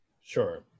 Sure